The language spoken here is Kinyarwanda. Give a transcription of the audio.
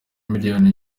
miliyoni